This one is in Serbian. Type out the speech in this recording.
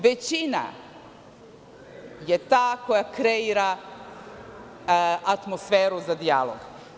Većina je ta koja kreira atmosferu za dijalog.